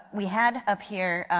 we had up here,